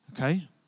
Okay